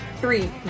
Three